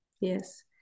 yes